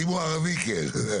אם הוא ערבי, כן.